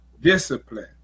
discipline